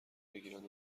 بگیرند